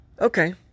okay